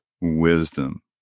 Wisdom